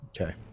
okay